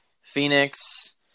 Phoenix